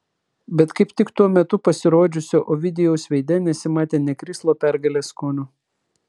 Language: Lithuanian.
bet kaip tik tuo metu pasirodžiusio ovidijaus veide nesimatė nė krislo pergalės skonio